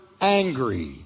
angry